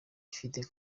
ifite